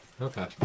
Okay